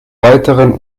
weiteren